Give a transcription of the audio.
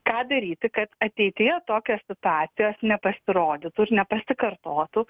ką daryti kad ateityje tokios situacijos nepasirodytų ir nepasikartotų